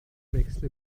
wechsle